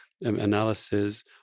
analysis